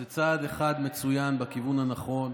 אז זה צעד אחד מצוין בכיוון הנכון.